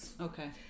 Okay